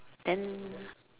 and